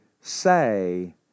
say